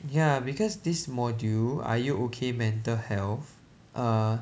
ya because this module are you ok mental health err